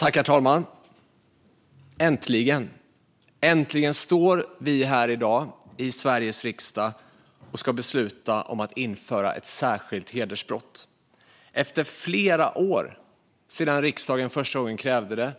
Herr talman! Äntligen! Äntligen står vi här i dag i Sveriges riksdag och ska besluta om att införa ett särskilt hedersbrott, flera år efter att riksdagen första gången krävde det